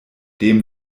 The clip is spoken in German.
dem